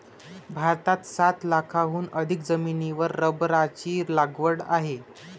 भारतात सात लाखांहून अधिक जमिनीवर रबराची लागवड आहे